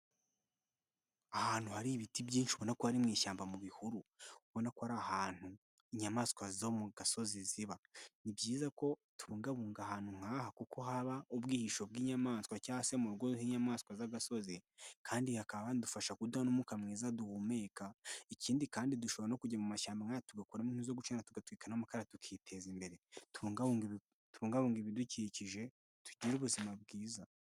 Ahantu hari ibiti byinshi ubona ko ari mu ishyamba mu bihuru, ubona ko ari ahantu inyamanswa zo mugasozi ziba, ni byiza ko tubungabunga ahantu nkaha kuko haba ubwihisho bw'inyamanswa cyangwa se murugo h'inyamanswa z'igasozi, kandi hakaba hadufasha kuduha n'umwuka mwiza duhumeka, ikindi kandi dushobora no kujya mu mashyamba nk'aya tugakuramo inkwi zo gucana tugatwika n'amakara tukiteza imbere, tubungabunge ibidukikije tugire ubuzima bwiza.